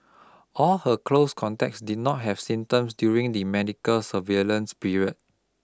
all her close contacts did not have symptoms during the medical surveillance period